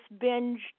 binge